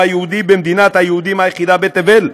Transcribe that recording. היהודי במדינת היהודים היחידה בתבל,